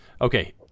Okay